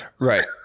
Right